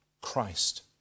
Christ